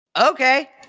okay